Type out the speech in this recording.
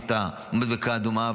יש את המדבקה האדומה,